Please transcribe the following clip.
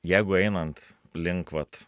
jeigu einant link vat